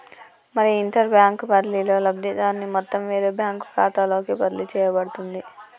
మరి inter bank బదిలీలో లబ్ధిదారుని మొత్తం వేరే బ్యాంకు ఖాతాలోకి బదిలీ చేయబడుతుంది